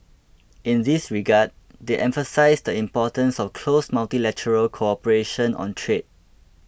in this regard they emphasised the importance of close multilateral cooperation on trade